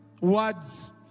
words